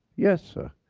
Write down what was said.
yes, sir.